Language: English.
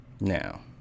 Now